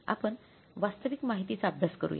आपण वास्तविक माहितीचा अभ्यास करुया